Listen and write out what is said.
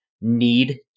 need